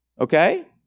Okay